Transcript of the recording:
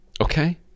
Okay